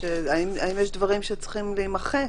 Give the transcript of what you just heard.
האם יש דברים שצריכים להימחק?